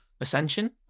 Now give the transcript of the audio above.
Ascension